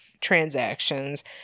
transactions